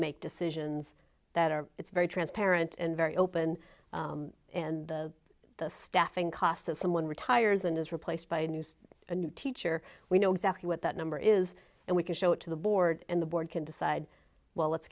make decisions that are it's very transparent and very open and the staffing costs that someone retires and is replaced by a new teacher we know exactly what that number is and we can show it to the board and the board can decide well let's